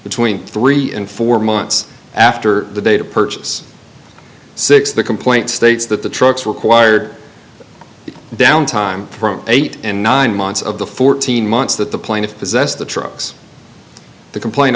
between three and four months after the date of purchase six the complaint states that the trucks required down time from eight and nine months of the fourteen months that the plaintiff possessed the trucks the complain